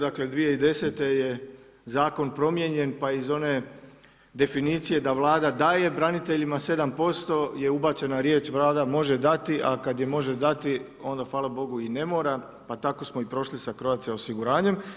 Dakle, 2010. je zakon promijenjen, pa iz one definicije da Vlada daje braniteljima 7% je ubačena riječ Vlada može dati, a kad je može dati, onda hvala Bogu i ne mora, pa tako smo i prošli sa Croatia osiguranjem.